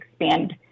expand